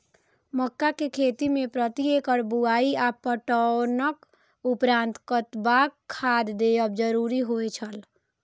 मक्का के खेती में प्रति एकड़ बुआई आ पटवनक उपरांत कतबाक खाद देयब जरुरी होय छल?